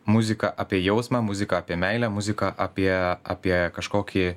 muzika apie jausmą muzika apie meilę muzika apie apie kažkokį